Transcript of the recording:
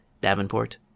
Davenport